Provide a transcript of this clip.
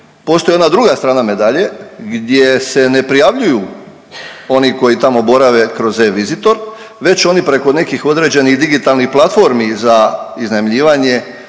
postoji ona druga strana medalje gdje se ne prijavljuju oni koji tamo borave kroz eVisitor već oni preko nekih određenih digitalnih platformi za iznajmljivanje